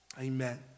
Amen